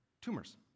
tumors